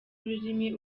ururimi